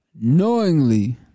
knowingly